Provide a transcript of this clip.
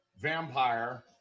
vampire